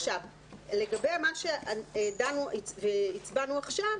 לגבי מה שהצבענו עכשיו,